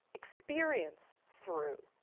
experience through,